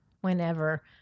whenever